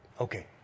Okay